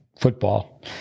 football